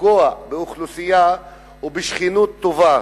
לפגוע באוכלוסייה ובשכנות טובה.